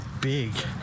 big